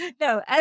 no